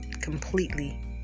completely